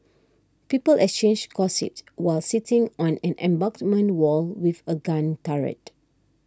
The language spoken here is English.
people exchanged gossip while sitting on an embankment wall with a gun turret